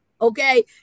okay